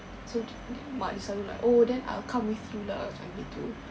so dia mak dia selalu like oh then I'll come with you lah macam gitu